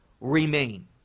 remain